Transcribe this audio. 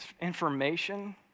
information